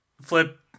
flip